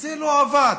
וזה לא עבד.